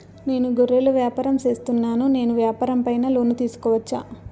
నేను గొర్రెలు వ్యాపారం సేస్తున్నాను, నేను వ్యాపారం పైన లోను తీసుకోవచ్చా?